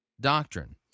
doctrine